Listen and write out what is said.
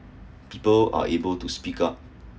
people are able to speak up